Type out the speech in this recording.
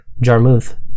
Jarmuth